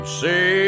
say